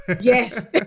Yes